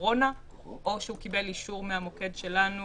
קורונה או שהוא קיבל אישור מהמוקד שלנו